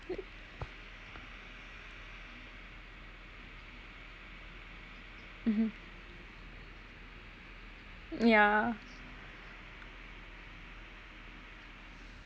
mmhmm yeah